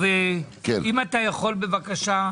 יעקב, אם אתה יכול בבקשה,